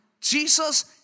Jesus